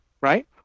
right